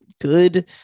good